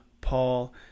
Paul